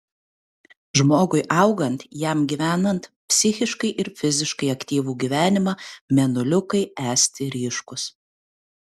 žmogui augant jam gyvenant psichiškai ir fiziškai aktyvų gyvenimą mėnuliukai esti ryškūs